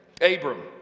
Abram